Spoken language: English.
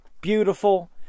Beautiful